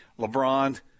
LeBron